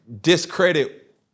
discredit